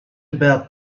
about